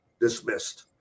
dismissed